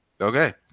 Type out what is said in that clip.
Okay